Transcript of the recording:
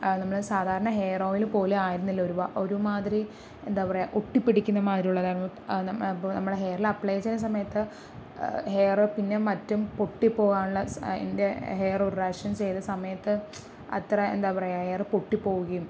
നമ്മുടെ സാധാരണ hair oil പോലെ ആയിരുന്നില്ല ഒരുമാതിരി എന്താ പറയുക ഒട്ടിപ്പിടിക്കുന്ന മാതിരി ഉള്ളതായിരുന്നു നമ്മളെ ഹെയറിൽ അപ്ലൈ ചെയ്യാൻ സമയത്ത് ഹെയർ പിന്നെ മറ്റും പൊട്ടിപ്പോവാനുള്ള ഹെയർ ഒരു പ്രാവശ്യം ചെയ്ത സമയത്ത് അത്ര എന്താ പറയുക ഹെയർ പൊട്ടി പോവുകയും